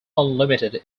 unlimited